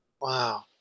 Wow